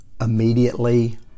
immediately